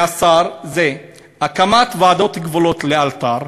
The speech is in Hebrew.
מהשר זה להקים ועדות גבולות לאלתר,